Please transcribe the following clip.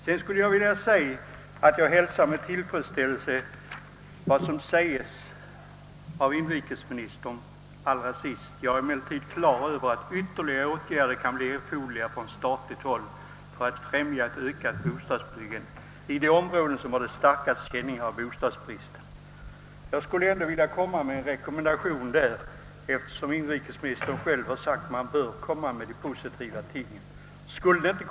Vad som sades av inrikesministern allra sist hälsar jag med tillfredsställelse. Jag är emellertid på det klara med att ytterligare åtgärder kan bli erforderliga från statligt håll för att främja ökat bostadsbyggande i de områden som starkast har känning av bostadsbristen. Jag skulle ändå vilja ge en rekommendation, eftersom inrikesministern själv sagt att man bör lägga fram positiva förslag.